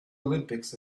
olympics